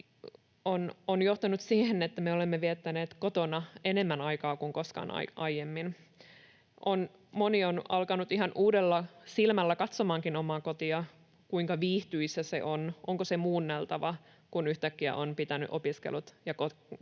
on johtanut siihen, että olemme viettäneet kotona enemmän aikaa kuin koskaan aiemmin. Moni on alkanut ihan uudella silmällä katsomaankin omaa kotia, kuinka viihtyisä se on ja onko se muunneltava, kun yhtäkkiä on pitänyt opiskelut ja työt